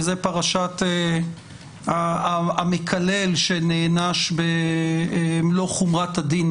וזאת פרשת המקלל שנענש במלוא חומרת הדין,